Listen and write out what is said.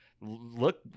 look